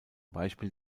beispiel